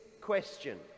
question